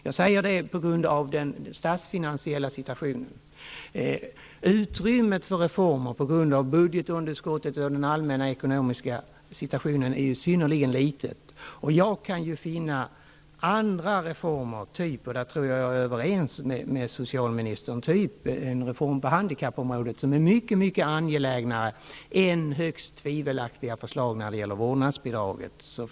Jag säger detta med tanke på den statsfinansiella situationen. Utrymmet för reformer är ju synnerligen litet på grund av budgetunderskottet och den allmänna ekonomiska situationen. Jag kan finna andra reformer, exempelvis på handikappområdet -- och där tror jag att jag är överens med socialministern -- som är mycket mycket angelägnare än högst tvivelaktiga förslag när det gäller ett vårdnadsbidrag.